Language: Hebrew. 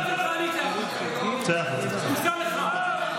אני יוצא החוצה, בושה לך.